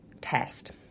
test